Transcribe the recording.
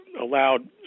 allowed